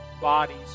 bodies